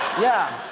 yeah.